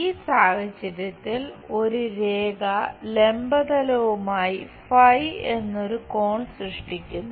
ഈ സാഹചര്യത്തിൽ ഒരു രേഖ ലംബ തലവുമായി ഫൈ Phi ø എന്നൊരു കോൺ സൃഷ്ടിക്കുന്നു